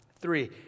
Three